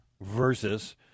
versus